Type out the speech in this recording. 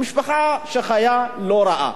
משפחה שחיה לא רע.